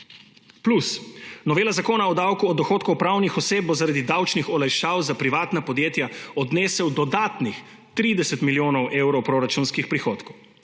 Plus novela Zakona o davku od dohodkov pravnih oseb bo zaradi davčnih olajšav za privatna podjetja odnesel dodatnih 30 milijonov evrov proračunskih prihodkov.